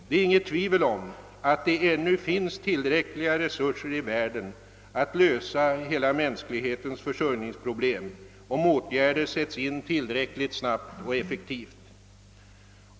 Det råder inget tvivel om att det ännu finns tillräckliga resurser i världen för att lösa hela mänsklighetens försörjningsproblem, om åtgärder sätts in tillräckligt snabbt och effektivt.